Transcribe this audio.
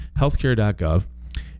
healthcare.gov